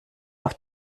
auf